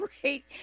great